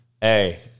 hey